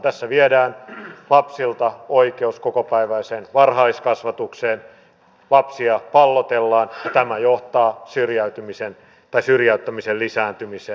tässä viedään lapsilta oikeus kokopäiväiseen varhaiskasvatukseen lapsia pallotellaan ja tämä johtaa syrjäyttämisen lisääntymiseen